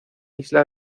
isla